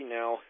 now